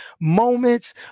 moments